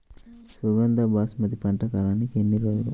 సుగంధ బాసుమతి పంట కాలం ఎన్ని రోజులు?